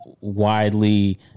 widely